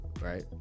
right